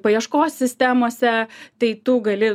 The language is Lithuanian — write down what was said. paieškos sistemose tai tu gali